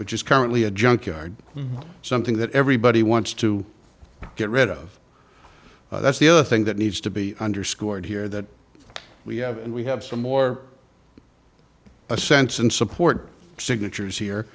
which is currently a junk yard something that everybody wants to get rid of that's the other thing that needs to be underscored here that we have we have some more a sense and support signatures here